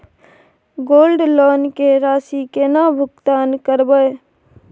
Gold loan के राशि केना भुगतान करबै?